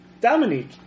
Dominique